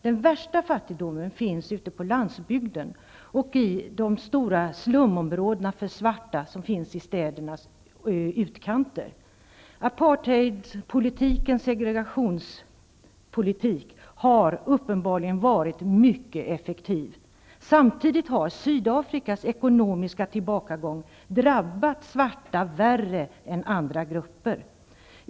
Den värsta fattigdomen finns på landsbygden och i de stora slumområdena för svarta i städernas utkanter. Apartheidsystemets segregationspolitik har uppenbarligen varit mycket effektiv. Samtidigt har Sydafrikas ekonomiska tillbakagång drabbat svarta värre än andra grupper.